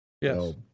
Yes